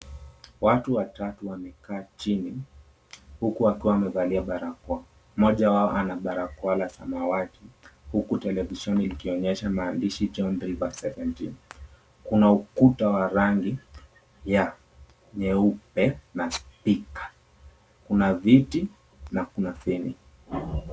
Watu watatu wamekaa chini huku wakiwa wamevalia barakoa. Mmoja wao anabarakoa la samawati huku televisheni likionyesha maandishi. Kuna ukuta wa rangi ya nyeupe na spika kuna viti na kuna femi.